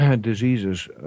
diseases